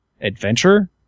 adventure